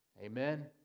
Amen